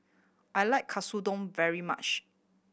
I like Katsudon very much